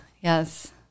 Yes